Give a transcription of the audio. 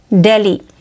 Delhi